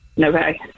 Okay